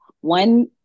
one